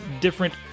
different